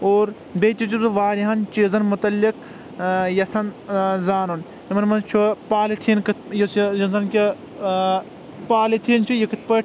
اور بیٚیہِ تہِ چھُس بہٕ واریاہن چیٖزن مُتعلق یژھان زانُن یِمن منٛز چھُ پالتھیٖن یُس یہِ یُس زن کہِ پالتھیٖن چھُ یہِ کتھ پٲٹھۍ